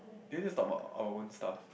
then just talk about our own stuff